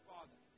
Father